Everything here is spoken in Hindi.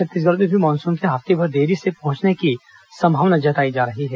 छत्तीसगढ़ में भी मानसून के हफ्तेभर देरी से पहुंचने की संभावना जताई जा रही है